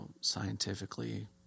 scientifically